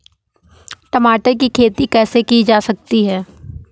टमाटर की खेती कैसे की जा सकती है?